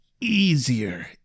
easier